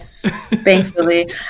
thankfully